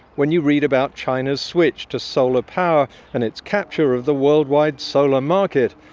when you read about china's switch to solar power and its capture of the worldwide solar market,